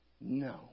No